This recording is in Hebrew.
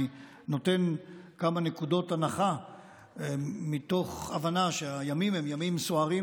אני נותן כמה נקודות הנחה מתוך הבנה שהימים הם ימים סוערים